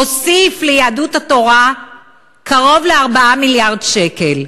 הוסיף ליהדות התורה קרוב ל-4 מיליארד שקל.